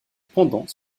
pendant